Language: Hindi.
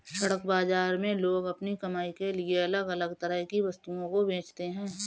सड़क बाजार में लोग अपनी कमाई के लिए अलग अलग तरह की वस्तुओं को बेचते है